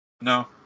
No